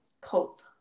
cope